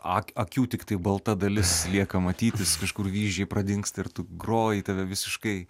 ak akių tiktai balta dalis lieka matytis kažkur vyzdžiai pradingsta ir tu groji tave visiškai